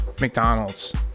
McDonald's